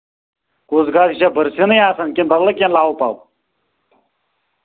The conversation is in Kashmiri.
کُس گاسہٕ یہِ چھا بٔرژھنٕے آسان کِنہٕ بدل کینٛہہ لَوٕ پَو